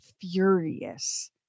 furious